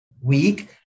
week